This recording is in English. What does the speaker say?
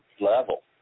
level